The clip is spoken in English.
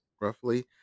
Roughly